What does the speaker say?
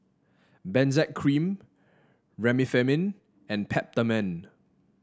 Benzac Cream Remifemin and Peptamen